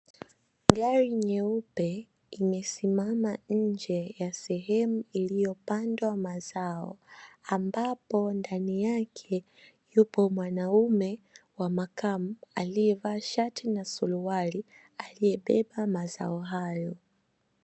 Gari nyeupe imesimama nje ya sehemu iliyopandwa mazao, ambapo ndani yake yupo mwanaume wa makamu aliyevaa shati na suruali aliyebeba mazao hayo.